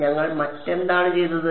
ഞങ്ങൾ മറ്റെന്താണ് ചെയ്തത്